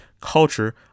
culture